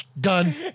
done